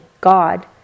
God